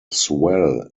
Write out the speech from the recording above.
swell